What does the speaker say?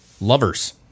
Lovers